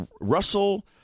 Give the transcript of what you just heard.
Russell